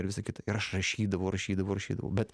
ir visa kita ir aš rašydavau rašydavau rašydavau bet